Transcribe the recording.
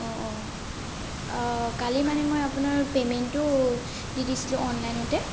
অঁ অঁ কালি মানে মই আপোনাৰ পে'মেণ্টটো দি দিছিলো অনলাইনতে